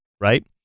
Right